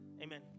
Amen